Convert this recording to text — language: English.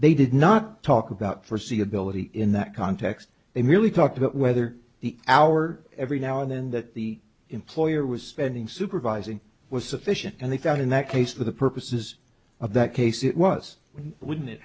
they did not talk about forsee ability in that context they merely talked about whether the hour every now and then that the employer was spending supervising was sufficient and they found in that case for the purposes of that case it was we wouldn't